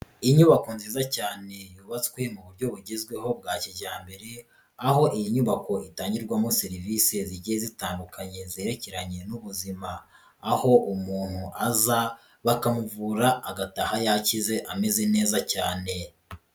Inyubako nziza cyane yubatswe mu buryo bugezweho bwa kijyambere aho iyi nyubako itangirwamo serivisi zigiye zitandukanye zerekeranye n'ubuzima, aho umuntu aza bakamuvura agataha yakize ameze neza cyane.